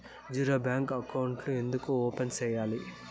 zero balance అకౌంట్లు ఎందుకు open సేయాలి